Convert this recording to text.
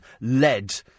led